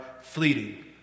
fleeting